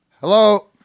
Hello